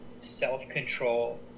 self-control